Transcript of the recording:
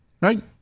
Right